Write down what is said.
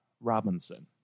Robinson